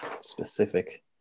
specific